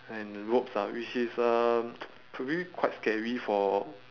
and ropes ah which is um could maybe quite scary for